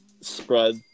spread